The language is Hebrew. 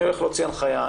אני הולך להוציא הנחיה,